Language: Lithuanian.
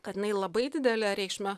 kad jinai labai didelę reikšmę